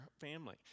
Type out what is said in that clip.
family